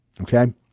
okay